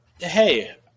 hey